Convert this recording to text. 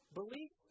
belief